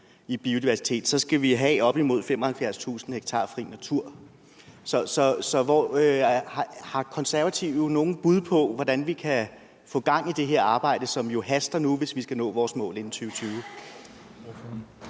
i biodiversitet, så skal vi have op imod 75.000 ha fri natur. Så har De Konservative nogen bud på, hvordan vi kan få gang i det her arbejde, som jo haster nu, hvis vi skal nå vores mål inden 2020?